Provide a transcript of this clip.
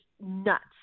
nuts